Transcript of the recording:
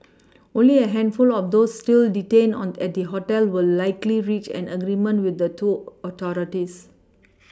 only a handful of those still detained on at the hotel will likely reach an agreement with the tool authorities